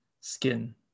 skin